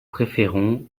préférons